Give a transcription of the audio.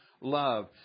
love